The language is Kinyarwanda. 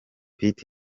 pitt